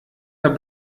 der